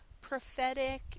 prophetic